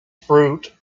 fruit